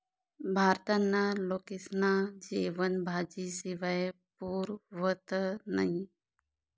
भारतना लोकेस्ना जेवन भाजी शिवाय पुरं व्हतं नही